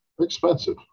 Expensive